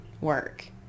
work